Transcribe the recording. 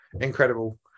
incredible